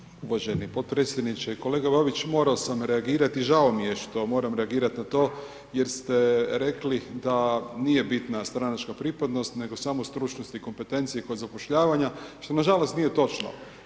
Hvala lijepo uvaženi podpredsjedniče, kolega Babić morao sam reagirati, žao mi je što moram reagirati na to jer ste rekli da nije bitna stranačka pripadnost nego samo stručnost i kompetencije kod zapošljavanja što nažalost nije točno.